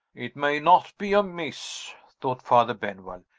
it may not be amiss, thought father benwell,